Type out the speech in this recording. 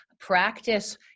Practice